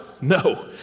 No